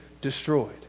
destroyed